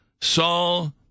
Saul